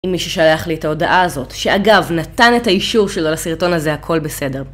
עם מי ששלח לי את ההודעה הזאת, שאגב נתן את האישור שלו לסרטון הזה הכל בסדר